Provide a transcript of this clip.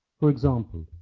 for example,